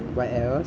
what else